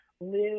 live